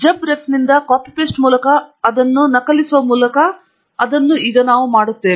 ಜಬ್ ರೆಫ್ನಿಂದ copy paste ಮೂಲಕ ಅದನ್ನು ನಕಲಿಸುವ ಮೂಲಕ ನಾವು ಈಗ ಅದನ್ನು ಮಾಡುತ್ತೇನೆ